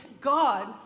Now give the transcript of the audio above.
God